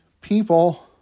people